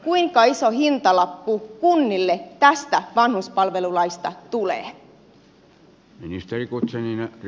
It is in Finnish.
kuinka iso hintalappu kunnille tästä vanhuspalvelulaista tulee